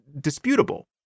disputable